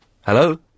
Hello